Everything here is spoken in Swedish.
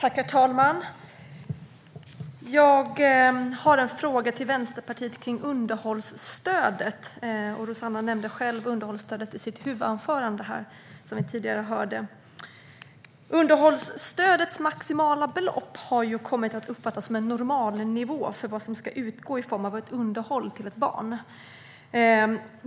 Herr talman! Jag har en fråga till Vänsterpartiet om underhållsstödet. Rossana nämnde själv underhållsstödet i sitt huvudanförande. Underhållstödets maximala belopp har kommit att uppfattas som normalnivån för vad som ska utgå i form av underhåll till ett barn.